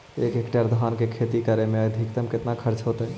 एक हेक्टेयर धान के खेती करे में अधिकतम केतना खर्चा होतइ?